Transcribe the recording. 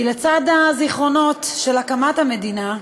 כי לצד הזיכרונות של הקמת המדינה,